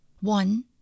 one